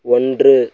ஒன்று